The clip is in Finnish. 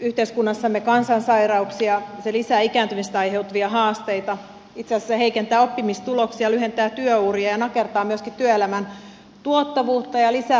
yhteiskunnassamme kansansairauksia se lisää ikääntymisestä aiheutuvia haasteita itse asiassa heikentää oppimistuloksia lyhentää työuria ja nakertaa myöskin työelämän tuottavuutta ja lisää terveyseroja